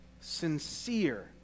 Sincere